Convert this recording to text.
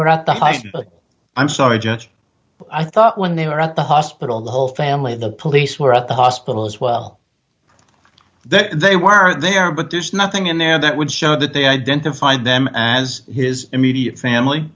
were at the height i'm sorry i thought when they were at the hospital the whole family the police were at the hospital as well that they were there but there's nothing in there that would show that they identified them as his immediate family